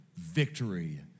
victory